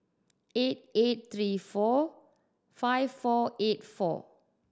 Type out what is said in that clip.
eight eight three four five four eight four